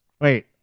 wait